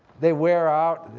they wear out.